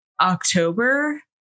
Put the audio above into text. October